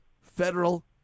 federal